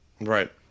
Right